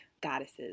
goddesses